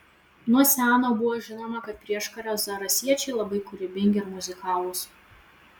nuo seno buvo žinoma kad prieškario zarasiečiai labai kūrybingi ir muzikalūs